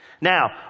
Now